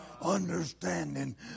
Understanding